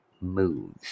moves